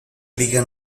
liga